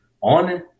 on